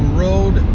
road